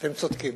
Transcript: אתם צודקים.